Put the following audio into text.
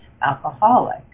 alcoholic